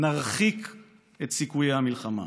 נרחיק את סיכויי המלחמה".